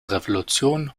revolution